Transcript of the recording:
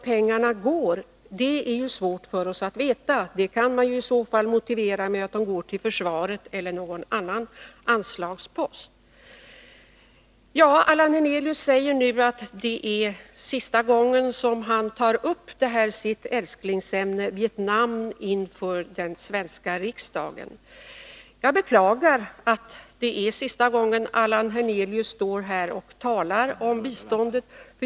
Men det är svårt för oss att veta vart de lånade pengarna går. Det kan lika gärna anföras att de går till försvar eller någon annan anslagspunkt. Allan Hernelius säger nu att det är sista gången han tar upp detta ämne, Vietnam, inför den svenska riksdagen. Jag beklagar att det är sista gången som Allan Hernelius står här och talar om bistånd.